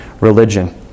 religion